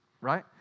right